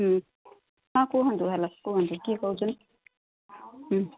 ହଁ କୁହନ୍ତୁ ହେଲ କୁହନ୍ତୁ କିଏ କହୁଛନ୍